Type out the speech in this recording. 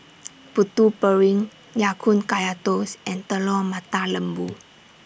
Putu Piring Ya Kun Kaya Toast and Telur Mata Lembu